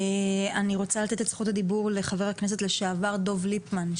אני רוצה לתת את זכות הדיבור לח"כ לשעבר דב ליפמן,